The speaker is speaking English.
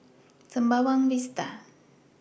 Sembawang Vista